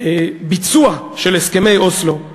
הביצוע של הסכמי אוסלו,